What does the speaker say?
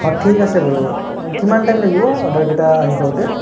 অঁ ঠিক আছে বাৰু কিমান টাইম লাগিব অৰ্ডাৰকেইটা আহি পাওঁতে